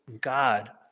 God